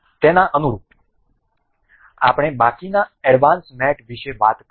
તેના અનુરૂપ આપણે બાકીના એડવાન્સ મેટ વિશે વાત કરીશું